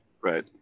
Right